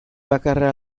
bakarra